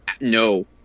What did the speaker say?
no